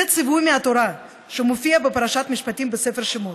זה ציווי מהתורה שמופיע בפרשת משפטים, בספר שמות.